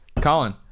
Colin